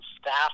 staff